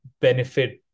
benefit